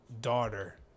Daughter